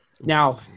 Now